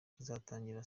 kizatangira